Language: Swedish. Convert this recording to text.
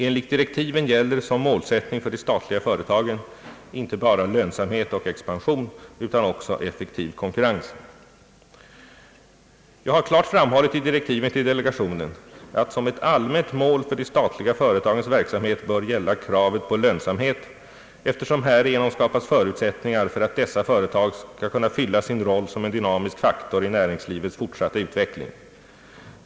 Enligt direktiven gäller som målsättning för de statliga företagen inte bara lönsamhet och expansion utan också effektiv konkurrens. Jag har klart framhållit i direktiven till delegationen att »som ett allmänt mål för de statliga företagens verksamhet bör gälla kravet på lönsamhet», eftersom härigenom skapas förutsättningar för att dessa företag skall kunna fylla sin roll som en dynamisk faktor i näringslivets fortsatta utveckling.